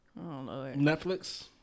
Netflix